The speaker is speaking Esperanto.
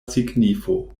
signifo